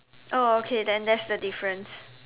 oh okay then that's the difference